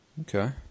Okay